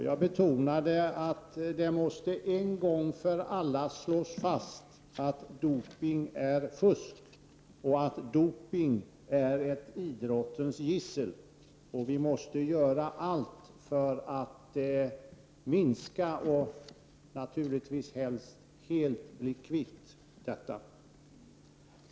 Jag betonade att det en gång för alla måste slås fast att doping är fusk och ett idrottens gissel. Vi måste göra allt för att minska och naturligtvis helst helt bli kvitt detta.